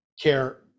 care